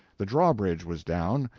the drawbridge was down,